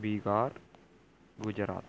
Bihar Gujarat